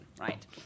Right